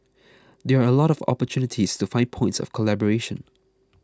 there are a lot of opportunities to find points of collaboration